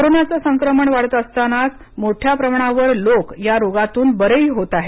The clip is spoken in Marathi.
कोरोनाचं संक्रमण वाढत असतानाच मोठ्या प्रमाणावर लोक या रोगातून बरेही होत आहेत